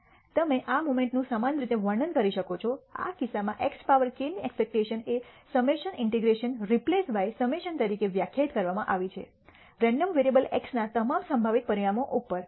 તમે આ મોમેન્ટનું સમાન રીતે વર્ણન કરી શકો છો આ કિસ્સામાં x પાવર k ની એક્સપેક્ટેશન એ summation integration replaced by summation તરીકે વ્યાખ્યાયિત કરવામાં આવી છે રેન્ડમ વેરીએબલ x ના તમામ સંભવિત પરિણામો ઉપર